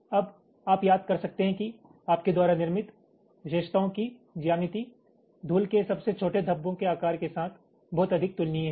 अब आप याद कर सकते हैं कि आपके द्वारा निर्मित विशेषताओं की ज्यामिति धूल के सबसे छोटे धब्बों के आकार के साथ बहुत अधिक तुलनीय है